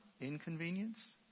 inconvenience